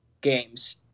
games